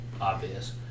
obvious